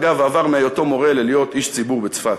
אגב, עבר להיות ממורה לאיש ציבור בצפת.